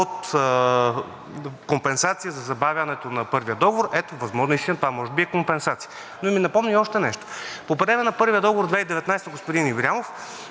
от компенсация за забавянето на първия договор, ето, наистина това може би е компенсация. Но ми напомня и още нещо. По време на първия договор 2019 г., господин Ибрямов,